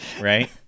right